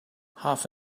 half